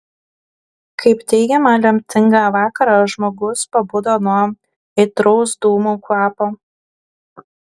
kaip teigiama lemtingą vakarą žmogus pabudo nuo aitraus dūmų kvapo